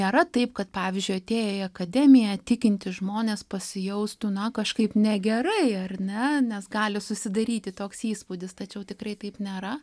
nėra taip kad pavyzdžiui atėję į akademiją tikintys žmonės pasijaustų na kažkaip negerai ar ne nes gali susidaryti toks įspūdis tačiau tikrai taip nėra